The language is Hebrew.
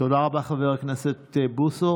תודה רבה, חבר הכנסת בוסו.